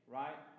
right